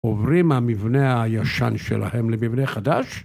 עוברים המבנה הישן שלהם למבנה חדש?